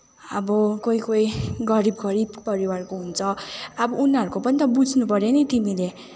अब कोही कोही गरिब गरिब परिवारको हुन्छ अब उनीहरूको पनि त बुझ्नुपर्यो नि तिमीले